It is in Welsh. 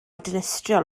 dinistriol